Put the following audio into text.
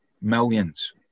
millions